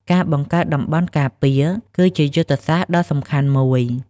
ការបង្កើតតំបន់ការពារ គឺជាយុទ្ធសាស្ត្រដ៏សំខាន់មួយ។